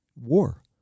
war